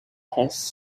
has